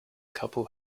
couple